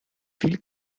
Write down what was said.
viel